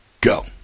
go